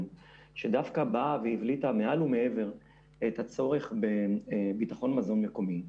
שדווקא באה והבליטה מעל ומעבר את הצורך בביטחון מזון מקומי,